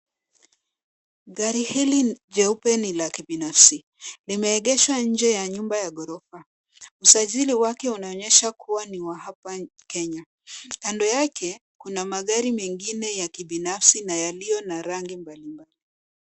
Gari hili jeupe ni la kibinafsi limeegeshwa nje ya nyumba ya gorofa usajili wake unaonyesha kuwa ni wa hapa kenya kando yake kuna magari mengine ya kibinafsi na yaliyo na rangi mbali mbali.